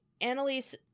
annalise